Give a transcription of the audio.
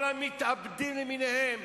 כל המתאבדים למיניהם,